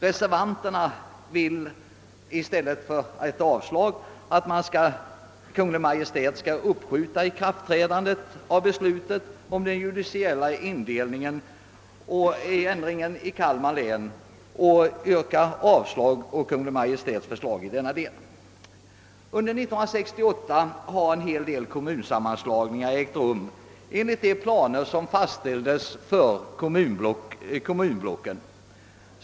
Reservanterna önskar för sin del att Kungl. Maj:t skall uppskjuta ikraftträdandet av beslutet om judiciella indelningsändringar i Kalmar län och yrkar därför avslag på Kungl. Maj:ts förslag i denna del. Under 1968 har en hel del kommunsammanslagningar ägt rum i enlighet med de planer som fastställts för kommunblocken.